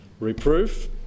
reproof